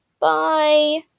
Bye